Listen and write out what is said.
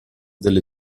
delle